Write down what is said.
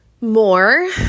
more